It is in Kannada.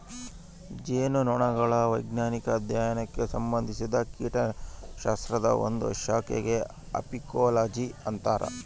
ಜೇನುನೊಣಗಳ ವೈಜ್ಞಾನಿಕ ಅಧ್ಯಯನಕ್ಕೆ ಸಂಭಂದಿಸಿದ ಕೀಟಶಾಸ್ತ್ರದ ಒಂದು ಶಾಖೆಗೆ ಅಫೀಕೋಲಜಿ ಅಂತರ